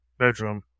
bedroom